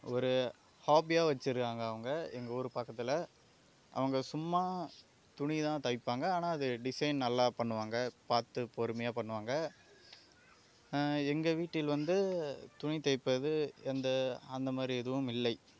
ஒரு ஹாபியாக வச்சுருக்காங்க அவங்க எங்கள் ஊர் பக்கத்தில் அவங்க சும்மா துணி தான் தைப்பாங்க ஆனால் அது டிசைன் நல்லா பண்ணுவாங்க பார்த்து பொறுமையாக பண்ணுவாங்க எங்கள் வீட்டில் வந்து துணி தைப்பது எந்த அந்தமாதிரி எதுவும் இல்லை